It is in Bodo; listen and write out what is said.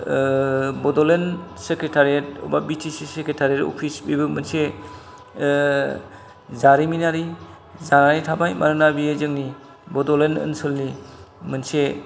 बड'लेण्ड सेक्रेटारियेट बा बिटिसि सेक्रेटारियेट अफिस बेबो मोनसे जारिमिनारि जानानै थाबाय मानोना बियो जोंनि बड'लेण्ड ओनसोलनि मोनसे